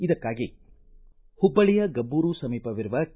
ಇದಕ್ಕಾಗಿ ಹುಬ್ಲಳ್ಳಿಯ ಗಬ್ಲೂರು ಸಮೀಪವಿರುವ ಕೆ